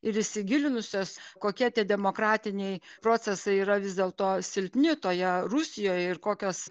ir įsigilinusios kokie tie demokratiniai procesai yra vis dėlto silpni toje rusijoj ir kokios